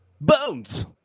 Bones